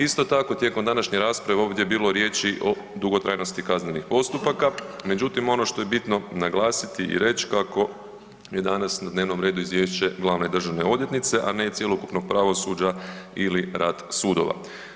Isto tako tijekom današnje rasprave ovdje je bilo riječi o dugotrajnosti kaznenih postupaka međutim ono što je bitno naglasiti i reć kako je danas na dnevnom redu izvješće glavne državne odvjetnice a ne cjelokupnog pravosuđa ili rad sudova.